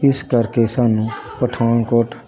ਇਸ ਕਰਕੇ ਸਾਨੂੰ ਪਠਾਨਕੋਟ